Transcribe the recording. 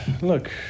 look